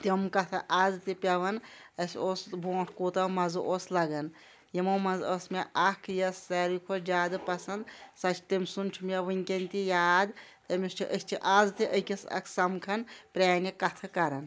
تِم کَتھٕ آز تہِ پٮ۪وان اَسہِ اوس بونٛٹھ کوٗتاہ مَزٕ اوس لَگان یِمو منٛز ٲس مےٚ اَکھ یۄس ساروی کھۄت زیادٕ پَسَنٛد سۄ چھِ تٔمۍ سُنٛد چھُ مےٚ وٕنۍکٮ۪ن تہِ یاد أمِس چھُ أسۍ چھِ آز تہِ أکِس اَکھ سَمکھان پرٛانہِ کَتھٕ کَران